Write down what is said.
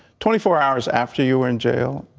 twenty four hours after you in jail,